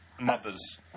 Mothers